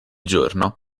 giorno